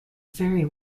very